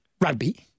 rugby